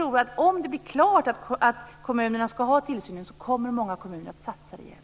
Om det blir klart att det är kommunerna som ska utöva tillsynen kommer många kommuner att satsa rejält.